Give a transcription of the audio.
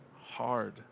hard